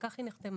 וכך היא נחתמה.